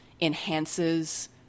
enhances